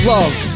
Love